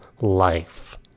life